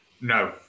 No